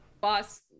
Boss